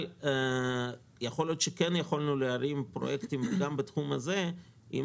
אבל יכול להיות שכן יכולנו להרים פרויקטים גם בתחום הזה אם